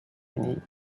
unis